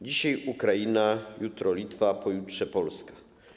Dzisiaj Ukraina, jutro Litwa, a pojutrze Polska.